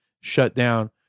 shutdown